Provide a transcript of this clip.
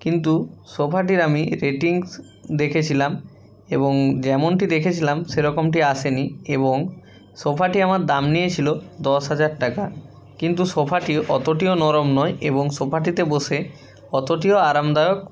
কিন্তু সোফাটির আমি রেটিংস দেখেছিলাম এবং যেমনটি দেখেছিলাম সেরকমটি আসে নি এবং সোফাটি আমার দাম নিয়েছিলো দশ হাজার টাকা কিন্তু সোফাটি অতটিও নরম নয় এবং সোফাটিতে বসে অতটিও আরামদায়ক